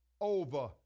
over